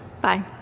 Bye